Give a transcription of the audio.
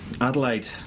Adelaide